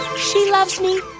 she loves me,